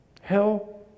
Hell